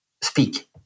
speak